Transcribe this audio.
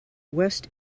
west